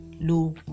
low